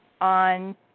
on